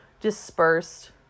dispersed